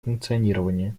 функционирование